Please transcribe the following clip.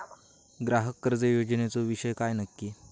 ग्राहक कर्ज योजनेचो विषय काय नक्की?